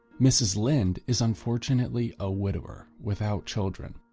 mrs linde is unfortunately a widower without children.